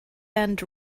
end